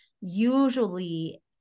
usually